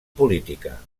política